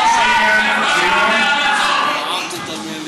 בושה וחרפה, עמי ארצות, אילן,